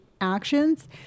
actions